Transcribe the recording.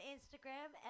Instagram